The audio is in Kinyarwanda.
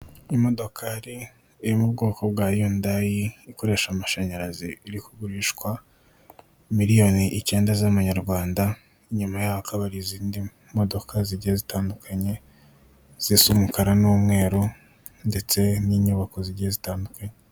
Imodokari iri mu bwoko bwa yundayi ikoresha amashanyarazi iri kugurishwa miriyoni ikenda z'amanyarwanda, inyuma yaho hakaba hari izindi modoka zigiye zitandukanye zisa umukara n'umweru ndetse n'inyubako zigiye zitandukanye.